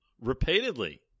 repeatedly